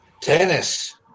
Tennis